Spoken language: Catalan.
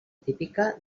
típica